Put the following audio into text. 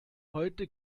heute